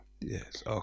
Yes